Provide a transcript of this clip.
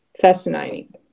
fascinating